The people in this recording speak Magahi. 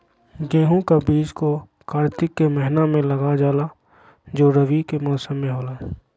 गेहूं का बीज को कार्तिक के महीना में लगा जाला जो रवि के मौसम में होला